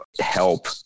help